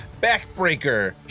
backbreaker